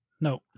No